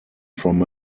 from